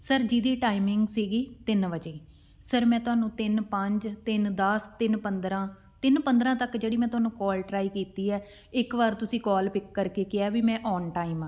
sir ਜਿਹਦੀ timing ਸੀਗੀ ਤਿੰਨ ਵਜੇ ਸਰ ਮੈਂ ਤੁਹਾਨੂੰ ਤਿੰਨ ਪੰਜ ਤਿੰਨ ਦਸ ਤਿੰਨ ਪੰਦਰਾਂ ਤਿੰਨ ਪੰਦਰਾਂ ਤੱਕ ਜਿਹੜੀ ਮੈਂ ਤੁਹਾਨੂੰ ਕੋਲ ਟਰਾਈ ਕੀਤੀ ਹੈ ਇੱਕ ਵਾਰ ਤੁਸੀਂ ਕੋਲ ਪਿਕ ਕਰਕੇ ਕਿਹਾ ਵੀ ਮੈਂ ਔਨ ਟਾਈਮ ਹਾਂ